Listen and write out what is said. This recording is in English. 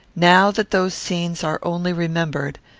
now that those scenes are only remembered,